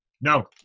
No